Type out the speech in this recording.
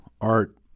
Art